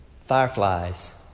fireflies